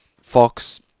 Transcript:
Fox